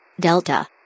Delta